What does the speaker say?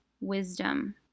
wisdom